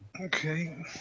Okay